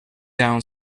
down